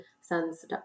son's